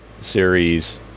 series